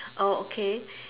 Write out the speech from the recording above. oh okay